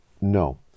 No